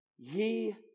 Ye